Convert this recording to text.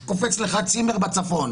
מייד קופץ לך צימר בצפון.